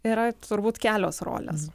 yra turbūt kelios rolės